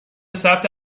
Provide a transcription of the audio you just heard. ثبت